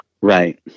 Right